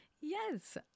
yes